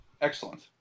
Excellent